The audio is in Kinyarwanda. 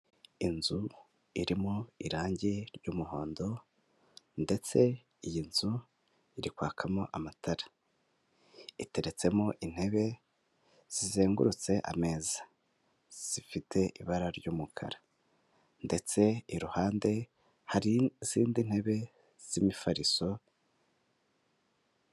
Inzu irimo irangi ry'umuhondo ndetse iyi nzu iri kwakamo amatara iteretsemo intebe zizengurutse ameza zifite ibara ry'umukara ndetse iruhande hari n'izindi ntebe z'imifariso.